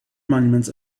monuments